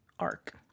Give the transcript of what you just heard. Arc